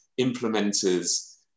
implementers